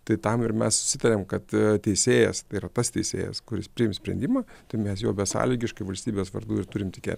tai tam ir mes susitarėm kad teisėjas yra tas teisėjas kuris priims sprendimą tai mes jo besąlygiškai valstybės vardu ir turime tikėt